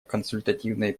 консультативной